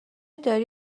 داری